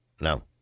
No